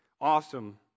awesome